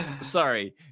sorry